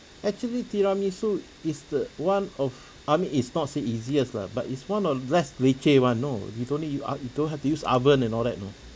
actually tiramisu is the one of I mean is not say easiest lah but it's one of the less leceh one know you don't need you a~ you don't have to use oven and all that know